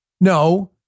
No